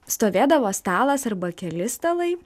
stovėdavo stalas arba keli stalai